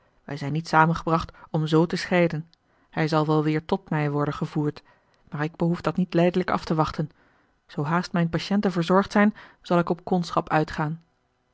wij zijn niet saâmgebracht om z te scheiden hij zal wel weêr tot mij worden gevoerd maar ik behoef dat niet lijdelijk af te wachten zoo haast mijne patiënten verzorgd zijn zal ik op kondschap uitgaan